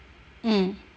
mm